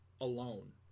alone